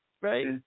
right